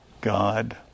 God